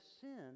sin